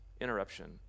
interruption